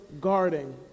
guarding